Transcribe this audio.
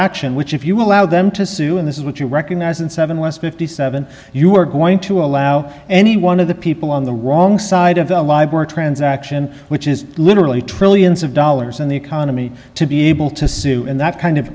action which if you allow them to sue and this is what you recognize and seven less fifty seven you are going to allow any one of the people on the wrong side of the lives transaction which is literally trillions of dollars in the economy to be able to sue and that kind of